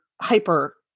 hyper